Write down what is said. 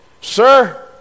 Sir